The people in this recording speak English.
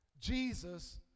Jesus